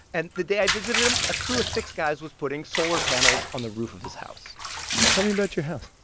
and the day i visited him, a crew of six guys was putting solar panels on the roof of his house tell me about your house